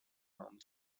home